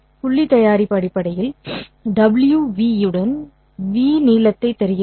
புள்ளி தயாரிப்பு அடிப்படையில் 'w v' உடன் 'v' நீளத்தை தருகிறது